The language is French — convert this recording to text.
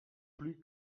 plus